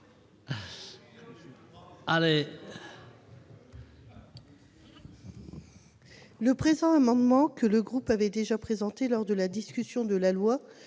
Allez